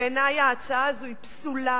בעיני ההצעה הזאת היא פסולה,